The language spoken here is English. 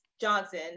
Johnson